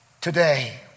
today